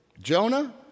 Jonah